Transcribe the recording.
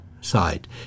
side